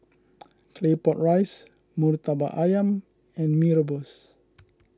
Claypot Rice Murtabak Ayam and Mee Rebus